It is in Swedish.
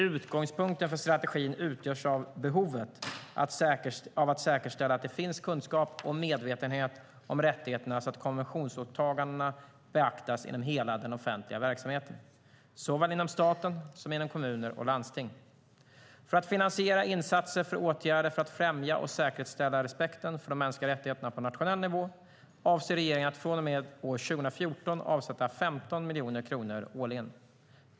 Utgångspunkten för strategin utgörs av behovet av att säkerställa att det finns kunskap och medvetenhet om rättigheterna så att konventionsåtagandena beaktas inom hela den offentliga verksamheten, såväl inom staten som inom kommuner och landsting. För att finansiera insatser för åtgärder för att främja och säkerställa respekten för de mänskliga rättigheterna på nationell nivå avser regeringen att från och med år 2014 avsätta 15 miljoner kronor årligen.